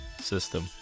system